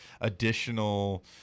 additional